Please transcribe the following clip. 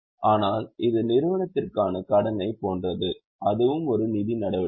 ஆனால் இது நிறுவனத்திற்கான கடனைப் போன்றது அதுவும் ஒரு நிதி நடவடிக்கை